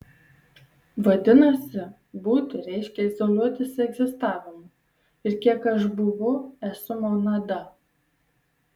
vadinasi būti reiškia izoliuotis egzistavimu ir kiek aš būvu esu monada